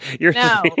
No